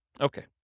Okay